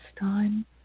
time